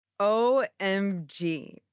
OMG